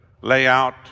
layout